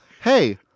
hey